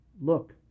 look